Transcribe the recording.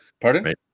pardon